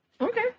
Okay